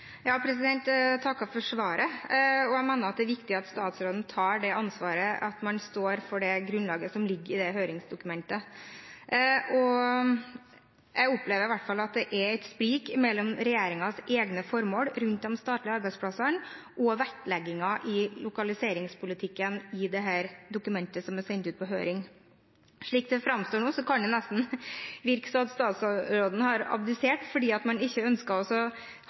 Jeg takker for svaret. Jeg mener det er viktig at statsråden tar ansvaret for at man står for grunnlaget som ligger i høringsdokumentet. Jeg opplever i hvert fall at det er et sprik mellom regjeringens egne formål rundt de statlige arbeidsplassene og vektleggingen av lokaliseringspolitikken i dette dokumentet som er sendt ut på høring. Slik det framstår nå, kan det nesten virke som om statsråden har abdisert fordi man ikke ønsker